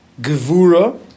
Gevura